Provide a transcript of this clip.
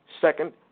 second